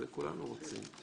את זה כולנו רוצים.